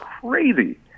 crazy